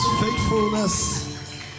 faithfulness